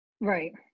Right